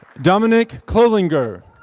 dominic clolinger.